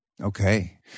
Okay